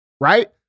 right